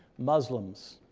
muslims,